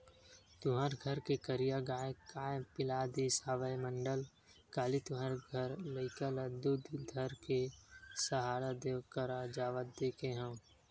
तुँहर घर के करिया गाँय काय पिला दिस हवय मंडल, काली तुँहर घर लइका ल दूद धर के सहाड़ा देव करा जावत देखे हँव?